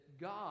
God